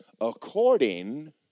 According